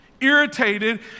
irritated